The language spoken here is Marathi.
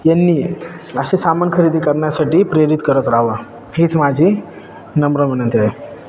यांनी असे सामान खरेदी करण्यासाठी प्रेरित करत राहावं हीच माझी नम्र विनंती आहे